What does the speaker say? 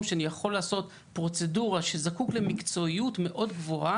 הם יכלו להפנות לפוריה, יש להם מרכז יותר קרוב.